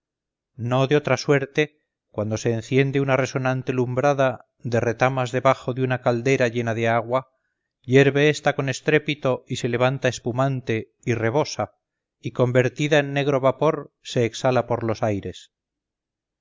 no de otra suerte cuando se enciende una resonante lumbrada de retamas debajo de una caldera llena de agua hierve esta con estrépito y se levanta espumante y rebosa y convertida en negro vapor se exhala por los aires